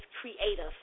creative